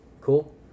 Cool